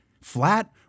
flat